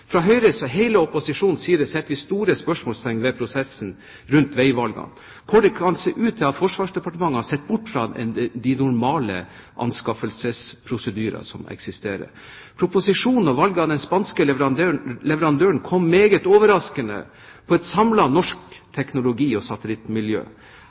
Fra Høyres og hele opposisjonens side setter vi store spørsmålstegn ved prosessen rundt veivalgene, hvor det kan se ut til at Forsvarsdepartementet har sett bort fra de normale anskaffelsesprosedyrer som eksisterer. Proposisjonen og valget av den spanske leverandøren kom meget overraskende på et samlet norsk